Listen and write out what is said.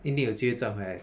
一定有机会赚回来的